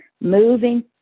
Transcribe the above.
moving